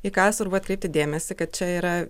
į ką svarbu atkreipti dėmesį kad čia yra